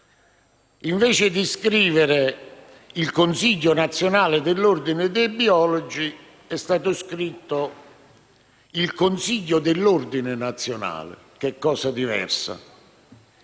invece di scrivere il «Consiglio nazionale dell'Ordine dei biologi» è stato scritto il «Consiglio dell'Ordine nazionale dei biologi», che è cosa diversa.